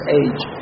age